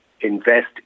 invest